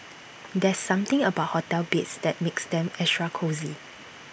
there's something about hotel beds that makes them extra cosy